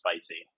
spicy